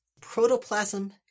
protoplasm